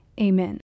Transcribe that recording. Amen